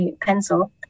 pencil